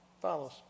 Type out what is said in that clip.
Follows